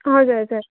हजुर हजुर